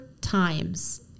times